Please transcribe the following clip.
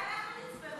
מתי אנחנו נצפה במונדיאל?